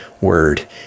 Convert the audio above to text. word